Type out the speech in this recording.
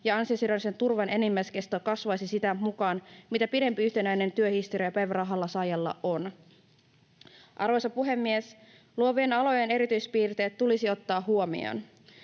ja ansiosidonnaisen turvan enimmäiskesto kasvaisi sitä mukaa, mitä pidempi yhtenäinen työhistoria päivärahan saajalla on. Arvoisa puhemies! Luovien alojen erityispiirteet tulisi ottaa huomioon.